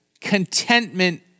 contentment